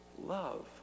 Love